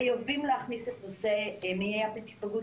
חייבים להכניס את נושא מניעת היפגעות